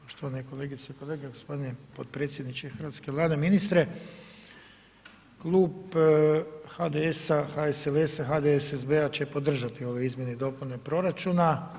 Poštovane kolegice i kolege, gospodine potpredsjedniče Hrvatske vlade, ministre, Klub HDS-a, HSLS-a, HDSSB-a će podržati ove izmjene i dopune proračuna.